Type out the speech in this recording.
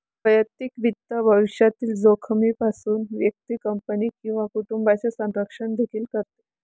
वैयक्तिक वित्त भविष्यातील जोखमीपासून व्यक्ती, कंपनी किंवा कुटुंबाचे संरक्षण देखील करते